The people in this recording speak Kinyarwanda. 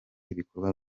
ibikorwa